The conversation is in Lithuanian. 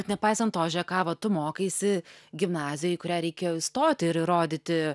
nepaisant to žėk ava tu mokaisi gimnazijoj į kurią reikėjo įstoti ir įrodyti